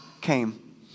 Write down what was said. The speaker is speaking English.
came